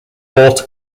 water